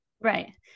Right